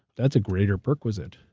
that's a greater prerequisite.